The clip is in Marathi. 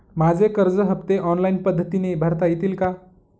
माझे कर्ज हफ्ते ऑनलाईन पद्धतीने भरता येतील का?